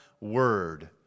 word